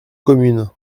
communes